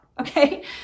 okay